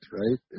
right